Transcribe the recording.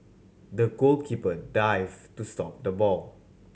the goalkeeper dived to stop the ball